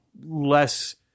less